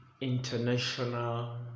International